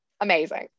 amazing